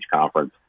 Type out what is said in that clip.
conference